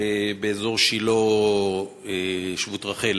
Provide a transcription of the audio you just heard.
שבאזור שילה, שבות-רחל.